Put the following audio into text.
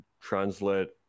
translate